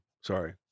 sorry